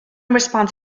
response